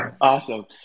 Awesome